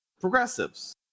progressives